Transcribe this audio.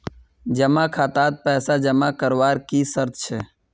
जमा खातात पैसा जमा करवार की शर्त छे?